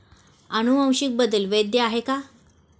अनुवांशिक बदल वैध आहेत का?